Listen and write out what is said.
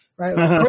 right